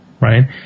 right